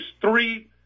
three